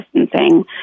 distancing